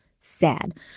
sad